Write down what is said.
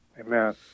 Amen